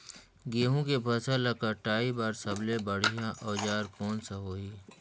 गहूं के फसल ला कटाई बार सबले बढ़िया औजार कोन सा होही?